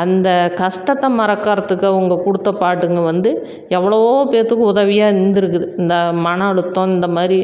அந்தக் கஷ்டத்த மறக்கிறத்துக்கு அவங்க கொடுத்த பாட்டுங்க வந்து எவ்வளோ பேத்துக்கு உதவியாக இருந்திருக்குது இந்த மன அழுத்தம் இந்த மாதிரி